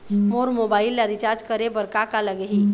मोर mobile ला recharge करे बर का का लगही?